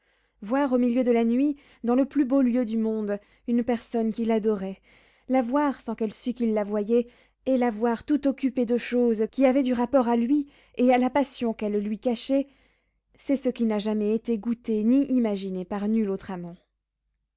voir au milieu de la nuit dans le plus beau lieu du monde une personne qu'il adorait la voir sans qu'elle sût qu'il la voyait et la voir tout occupée de choses qui avaient du rapport à lui et à la passion qu'elle lui cachait c'est ce qui n'a jamais été goûté ni imaginé par nul autre amant